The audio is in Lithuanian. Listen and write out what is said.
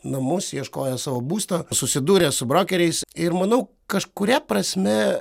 namus ieškojo savo būsto susidūrė su brokeriais ir manau kažkuria prasme